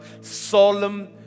solemn